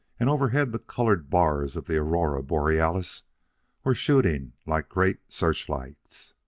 and overhead the colored bars of the aurora borealis were shooting like great searchlights.